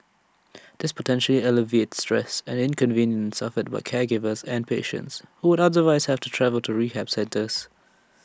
this potentially alleviates stress and inconvenience suffered by caregivers and patients who would otherwise have to travel to rehab centres